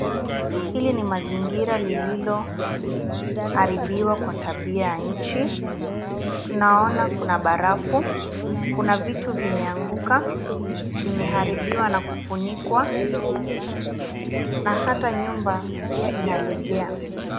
Hili ni mazingira lililoharibiwa kwa tabia ya nchi. Tunaona kuna barafu, kuna vitu vimeanguka, vimeharibiwa na kufunikwa na hata nyumba pia inalegea.